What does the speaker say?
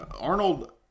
Arnold